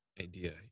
idea